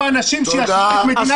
--- אנשים שיהפכו את מדינת ישראל